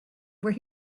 where